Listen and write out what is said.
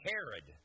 Herod